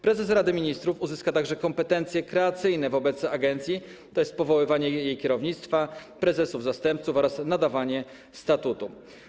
Prezes Rady Ministrów uzyska także kompetencje kreacyjne wobec agencji, tj. powoływanie jej kierownictwa, prezesów, zastępców oraz nadawanie statutu.